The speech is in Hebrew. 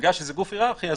ובגלל שזה גוף היררכי,